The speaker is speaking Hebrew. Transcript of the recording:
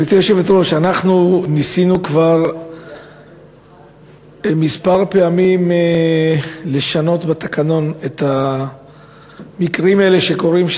אנחנו ניסינו כבר כמה פעמים לשנות את התקנון לגבי המקרים האלה שקורים,